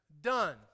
done